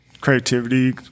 creativity